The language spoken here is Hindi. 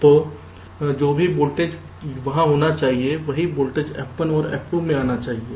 तो जो भी वोल्टेज वहां होना चाहिए वही वोल्टेज F1 और F2 में आना चाहिए